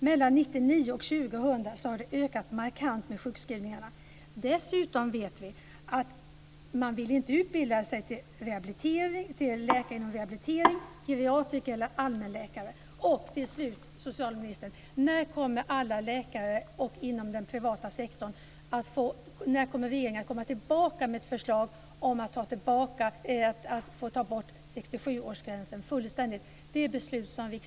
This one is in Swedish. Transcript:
Mellan 1999 och 2000 har de ökat markant. Dessutom vet vi att man inte vill utbilda sig till läkare inom rehabilitering, till geriatriker eller till allmänläkare. Till slut, socialministern: När kommer regeringen att komma tillbaka med ett förslag om att ta tillbaka beslutet och fullständigt ta bort 67-årsgränsen för alla läkare, även inom den privata sektorn?